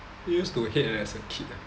used to hate and as a kid ah